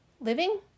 living